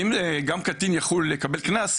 אם הקטין יקבל קנס,